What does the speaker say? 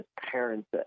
parents